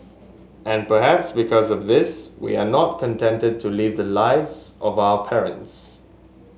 and perhaps because of this we are not contented to lead the lives of our parents